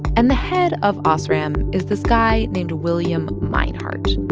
and the head of osram is this guy named william meinhardt.